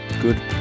good